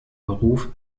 beruf